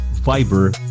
Fiber